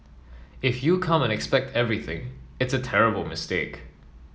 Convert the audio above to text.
if you come and expect everything it's a terrible mistake